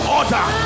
order